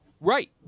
Right